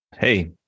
hey